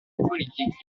politique